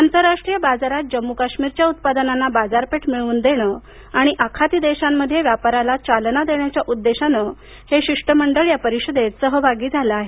आंतरराष्ट्रीय बाजारात जम्मू काश्मीरच्या उत्पादनांना बाजारपेठ मिळवून देण आणि आखाती देशांमध्ये व्यापाराला चालना देण्याच्या उद्देशाने हे शिष्टमंडळ या परिषदेत सहभागी झालं आहे